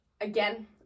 Again